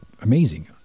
amazing